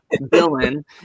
villain